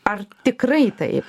ar tikrai taip